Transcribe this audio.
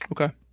okay